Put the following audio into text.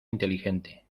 inteligente